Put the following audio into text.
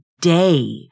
day